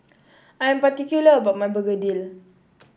I'm particular about my begedil